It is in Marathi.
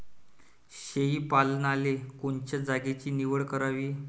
शेळी पालनाले कोनच्या जागेची निवड करावी?